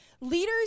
Leaders